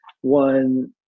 one